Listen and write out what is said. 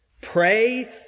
pray